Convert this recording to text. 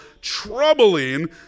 troubling